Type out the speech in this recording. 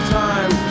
time